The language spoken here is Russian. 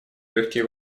легкие